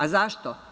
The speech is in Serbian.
A zašto?